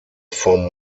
vom